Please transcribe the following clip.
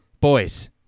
Boys